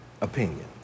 opinion